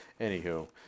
anywho